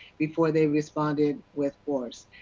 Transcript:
before they responded with force.